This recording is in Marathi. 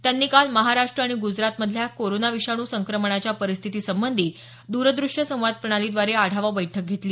त्यांनी काल महाराष्ट्र आणि ग्जरातमधल्या कोरोना विषाणू संक्रमणाच्या परिस्थितीसंबंधी द्र दृष्य संवाद प्रणालीद्वारे आढावा बैठक घेतली